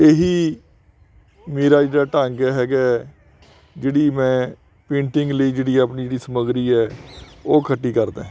ਇਹੀ ਮੇਰਾ ਜਿਹੜਾ ਢੰਗ ਹੈਗਾ ਜਿਹੜੀ ਮੈਂ ਪੇਂਟਿੰਗ ਲਈ ਜਿਹੜੀ ਆਪਣੀ ਜਿਹੜੀ ਸਮਗਰੀ ਹੈ ਉਹ ਇਕੱਠੀ ਕਰਦਾ